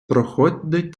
проходить